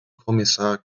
kommissar